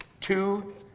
two